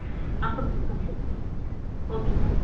okay thanks